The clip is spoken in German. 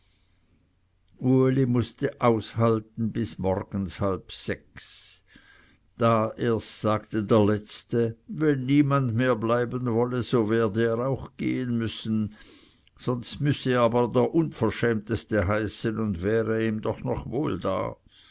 uli mußte aushalten bis morgens halb sechs da erst sagte der letzte wenn niemand mehr bleiben wolle so werde er auch gehen müssen sonst müsse er aber der unverschämteste heißen und wäre ihm doch noch wohl da